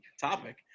topic